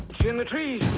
geometry